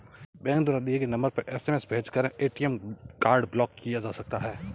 bank द्वारा दिए गए नंबर पर एस.एम.एस भेजकर ए.टी.एम कार्ड ब्लॉक किया जा सकता है